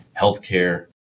Healthcare